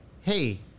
hey